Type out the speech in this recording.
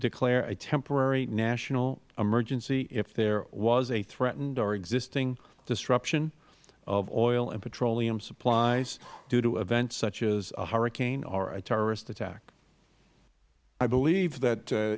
declare a temporary national emergency if there was a threatened or existing disruption of oil and petroleum supplies due to events such as a hurricane or a terrorist attack mister felmy i believe that